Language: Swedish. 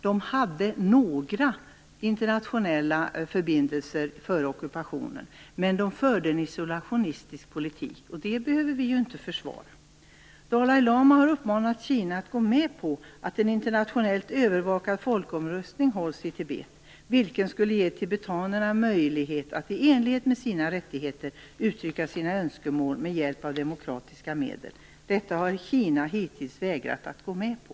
Det hade några internationella förbindelser före ockupationen, men det förde en isolationistisk politik, och det behöver vi ju inte försvara. Dalai Lama har uppmanat Kina att gå med på att en internationellt övervakad folkomröstning hålls i Tibet. Det skulle ge tibetanerna möjlighet att i enlighet med sina rättigheter uttrycka sina önskemål med hjälp av demokratiska medel. Detta har Kina hittills vägrat att gå med på.